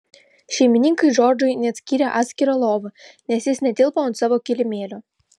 šeimininkai džordžui net skyrė atskirą lovą nes jis netilpo ant savo kilimėlio